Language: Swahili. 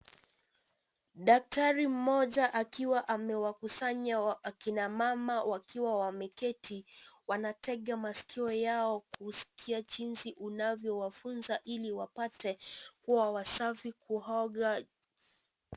Daktari mmoja akiwa amewakusanya akina mama wakiwa wameketi. Wanatega masikio yao ili kusikia unachowafunza ili wapate kuwa wasafi kuoga.